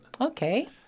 okay